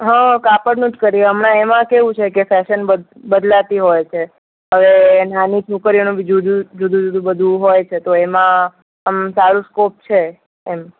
હ કાપડનું જ કરીએ હમણાં એમાં કેવું છે કે ફેશન બદ બદલાતી હોય છે હવે નાની છોકરીઓનું બી જુદું જુદું જુદું બધું હોય છે તો એમાં આમ સારું સ્કોપ છે એમ